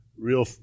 Real